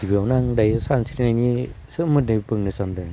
गिबियावनो आं दायो सानस्रिनायनि सोमोन्दै बुंनो सान्दों